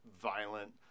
violent